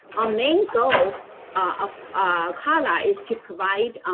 our main goal of cala is to provide